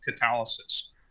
catalysis